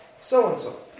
so-and-so